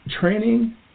training –